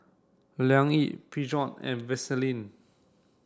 Liang Yi Peugeot and Vaseline